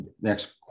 next